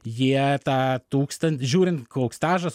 jie tą tūkstantį žiūrint koks stažas